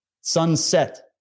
sunset